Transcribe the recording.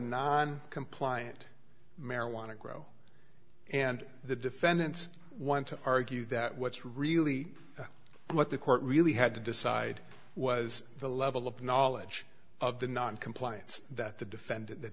non compliant marijuana grow and the defendant want to argue that what's really what the court really had to decide was the level of knowledge of the noncompliance that the defendant that